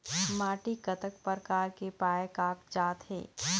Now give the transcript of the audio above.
माटी कतक प्रकार के पाये कागजात हे?